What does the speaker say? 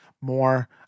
more